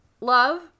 love